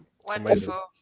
Wonderful